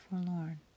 forlorn